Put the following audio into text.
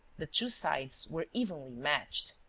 the two sides were evenly matched.